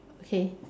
okay